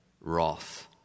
wrath